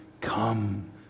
come